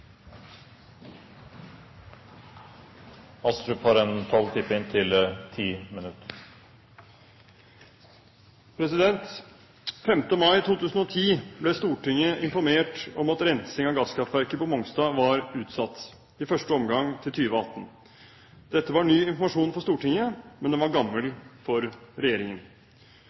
mai 2010 ble Stortinget informert om at rensing av gasskraftverket på Mongstad var utsatt, i første omgang til 2018. Dette var ny informasjon til Stortinget, men den var gammel for regjeringen.